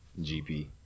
GP